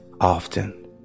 often